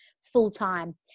full-time